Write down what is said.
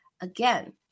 Again